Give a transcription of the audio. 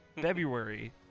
february